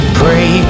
pray